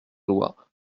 loi